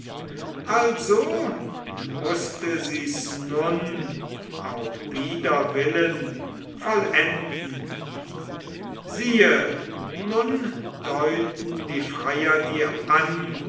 also mußte sie's nun auch wider willen vollenden siehe nun deuten die freier dir an